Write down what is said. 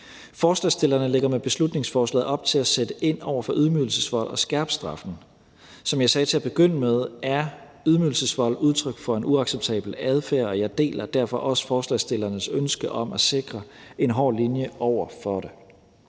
Forslagsstillerne lægger med beslutningsforslaget op til at sætte ind over for ydmygelsesvold og skærpe straffen. Som jeg sagde til at begynde med, er ydmygelsesvold udtryk for en uacceptabel adfærd, og jeg deler derfor også forslagsstillernes ønske om at sikre en hård linje over for det.